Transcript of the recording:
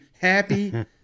happy